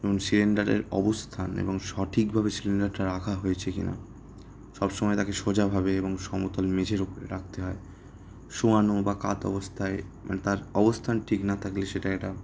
এবং সিলিন্ডারের অবস্থান এবং সঠিকভাবে সিলিন্ডারটা রাখা হয়েছে কি না সব সময় তাকে সোজাভাবে এবং সমতলে মেঝের উপরে রাখতে হয় শোয়ানো বা কাত অবস্থায় মানে তার অবস্থান ঠিক না থাকলে সেটা একটা